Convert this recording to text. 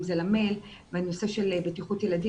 אם זה למייל בנושא של בטיחות ילדים.